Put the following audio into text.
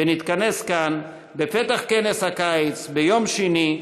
ונתכנס כאן בפתח כנס הקיץ ביום שני,